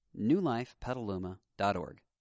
newlifepetaluma.org